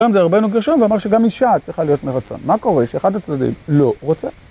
אמר שגם אישה צריכה להיות מרצון. מה קורה שאחד הצדדים לא רוצה?